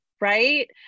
right